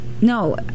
No